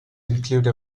include